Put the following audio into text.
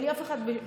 אין לי אף אחד בשב"ס.